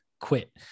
quit